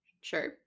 Sure